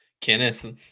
Kenneth